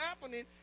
happening